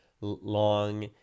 long